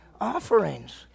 Offerings